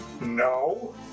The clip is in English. no